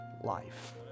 life